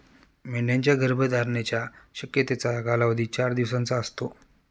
मेंढ्यांच्या गर्भधारणेच्या शक्यतेचा कालावधी चार दिवसांचा असतो